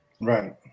right